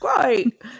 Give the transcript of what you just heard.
Great